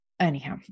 Anyhow